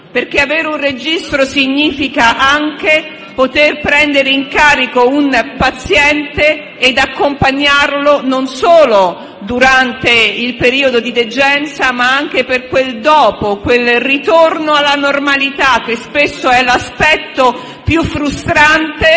perché avere un registro significa anche poter prendere in carico un paziente e accompagnarlo non solo durante il periodo di degenza, ma anche dopo, verso quel ritorno alla normalità che spesso è l'aspetto più frustrante